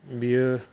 बियो